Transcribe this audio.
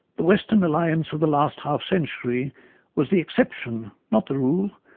the western alliance of the last half century was the exception, not the rule,